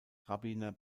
rabbiner